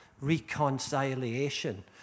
reconciliation